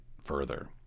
further